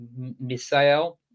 Misael